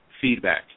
feedback